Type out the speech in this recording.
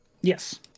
Yes